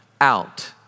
out